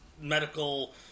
medical